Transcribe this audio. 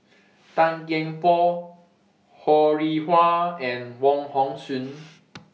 Tan Kian Por Ho Rih Hwa and Wong Hong Suen